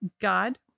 God